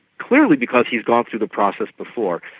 clearly because he's gone through the process before.